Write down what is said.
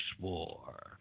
war